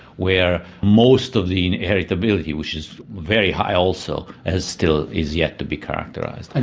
where most of the inheritability which is very high also, has still, is yet to be characterised. like